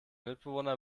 mitbewohner